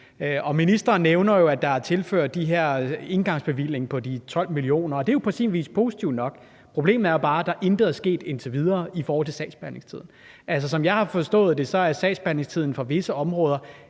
Ministeren nævner jo, at der er tilført den her engangsbevilling på 12 mio. kr., og det er på sin vis positivt nok. Problemet er bare, at der indtil videre intet er sket i forhold til sagsbehandlingstiden. Som jeg har forstået det, er sagsbehandlingstiden på visse områder